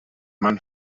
mann